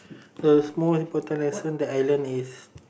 a small important lesson that I learn is